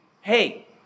hey